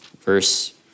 verse